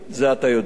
את זה אתה יודע.